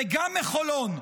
וגם מחולון,